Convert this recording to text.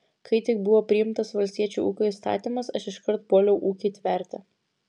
kai tik buvo priimtas valstiečių ūkio įstatymas aš iškart puoliau ūkį tverti